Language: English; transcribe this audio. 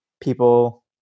people